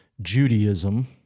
Judaism